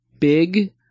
big